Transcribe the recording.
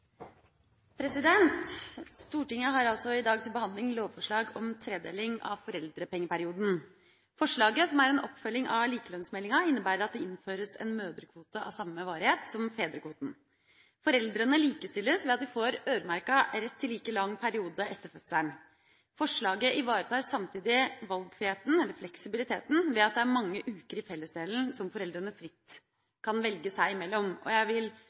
har tatt opp det forslaget han refererte til. Stortinget har i dag til behandling lovforslag om tredeling av foreldrepengeperioden. Forslaget, som er en oppfølging av likelønnsmeldinga, innebærer at det innføres en mødrekvote med samme varighet som fedrekvoten. Foreldrene likestilles ved at de får øremerket rett til like lang periode etter fødselen. Forslaget ivaretar samtidig valgfriheten, eller fleksibiliteten, ved at det er mange uker i fellesdelen som foreldrene fritt kan velge seg imellom. Jeg